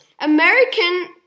American